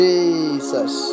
Jesus